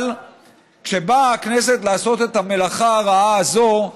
אבל כשבאה הכנסת לעשות את המלאכה הרעה הזו,